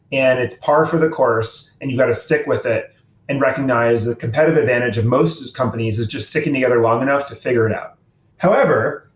and it's par for the course and you've got to stick with it and recognize the competitive advantage of most companies is just sticking together long enough to figure it out however,